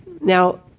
Now